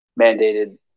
mandated